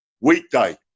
Weekday